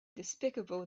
despicable